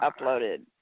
uploaded